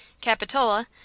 Capitola